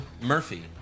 Murphy